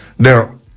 Now